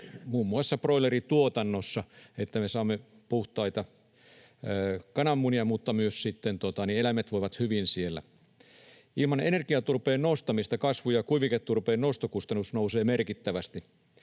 muun muassa broilerituotannossa, että me saamme puhtaita kananmunia, mutta myös sitten eläimet voivat hyvin siellä. Ilman energiaturpeen nostamista kasvu- ja kuiviketurpeen nostokustannus nousee merkittävästi.